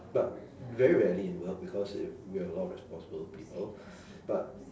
but very rarely in work because we have a lot of responsible people but